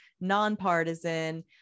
nonpartisan